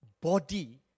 body